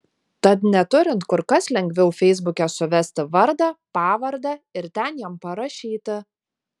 tad neturint kur kas lengviau feisbuke suvesti vardą pavardę ir ten jam parašyti